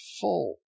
full